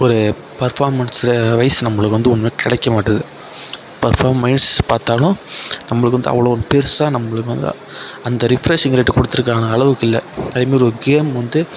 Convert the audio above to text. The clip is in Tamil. ஒரு பர்பாமன்ஸ் வைஸில் நமக்கு ஒன்றும் கிடைக்க மாட்டுது பர்பாமன்ஸ் பார்த்தாலும் நமக்கு வந்து அவ்வளோ பெருசாக நம்பளுக்கு வந்து அந்த ரிப்ஃபிரேஷிங் ரேட்டு கொடுத்துருக்குறாங் அளவுக்கு இல்லை அதுமாதிரி ஒரு கேம் வந்து